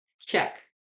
check